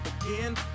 again